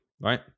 right